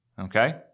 okay